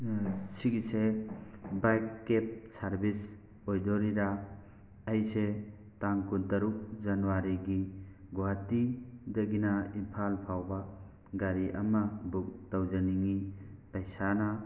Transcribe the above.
ꯁꯤꯒꯤꯁꯦ bike cab service ꯑꯣꯏꯗꯣꯔꯤꯔꯥ ꯑꯩꯁꯦ ꯇꯥꯡ ꯀꯨꯟꯇꯔꯨꯛ ꯖꯅꯋꯥꯔꯤꯒꯤ ꯒꯨꯍꯥꯇꯤꯗꯒꯤꯅ ꯏꯝꯐꯥꯜ ꯐꯥꯎꯕ ꯒꯥꯔꯤ ꯑꯃ ꯕꯨꯛ ꯇꯧꯖꯅꯤꯡꯉꯤ ꯄꯩꯁꯥꯅ